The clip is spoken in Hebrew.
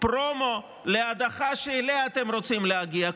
פרומו להדחה שאליה אתם רוצים להגיע.